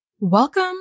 Welcome